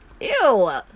Ew